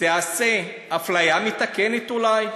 תעשה אפליה מתקנת אולי?